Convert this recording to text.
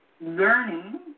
learning